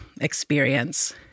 experience